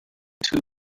too